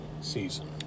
season